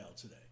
today